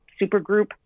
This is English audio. supergroup